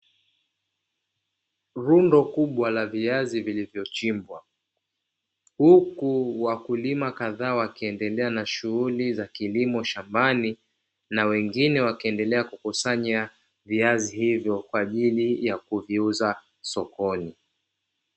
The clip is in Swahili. Rundo kubwa la viazi vilivyochimbwa, huku wakulima kadhaa wakiendelea na shughuli za kilimo shambani, na wengine wakiendelea kukusanya viazi hivyo kwa ajili ya kuviuza sokoni.